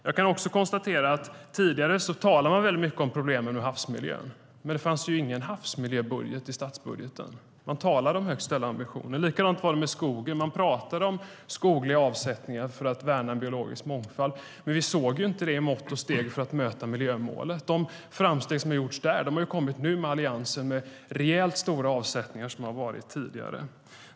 Jag kan också konstatera att man tidigare väldigt mycket talade om problemen med havsmiljön - men det fanns ju ingen havsmiljöbudget i statsbudgeten, fast man talade om höga ambitioner. Likadant var det med skogen. Man pratade om skogliga avsättningar för att värna en biologisk mångfald. Men vi såg det inte i några mått och steg för att möta miljömålen. De framsteg som har gjorts där har kommit nu med Alliansen, med rejält stora avsättningar som har varit tidigare.